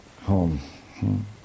home